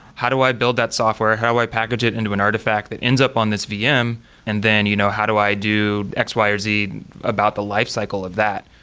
how do i build that software? how do i package it into an artifact that ends up on this vm and then you know how do i do x, y or z about the lifecycle of that?